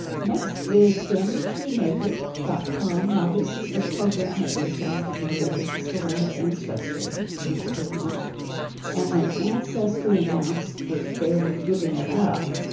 next is familytreemaker dot com now this is the program. it may sound familiar. this is the one that ancestry used to run and when ancestry announced that they were giving it up.